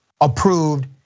approved